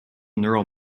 neural